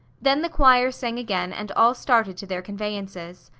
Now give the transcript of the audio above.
then the choir sang again and all started to their conveyances.